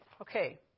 Okay